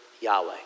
Yahweh